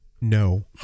No